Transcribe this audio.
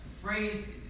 phrase